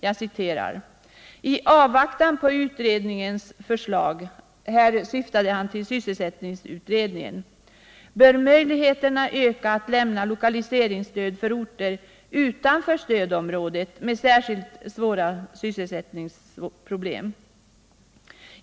Han framhöll där bl.a.: ”I avvaktan på utredningens förslag” — här syftade han på sysselsättningsutredningen — ”bör möjligheterna ökas att lämna lokaliseringsstöd på orter utanför stödområdet med särskilt svårlösta sysselsättningsproblem.